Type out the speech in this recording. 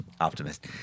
Optimist